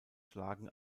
schlagen